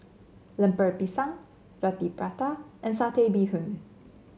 Lemper Pisang Roti Prata and Satay Bee Hoon